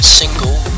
single